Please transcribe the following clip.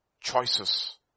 Choices